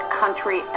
country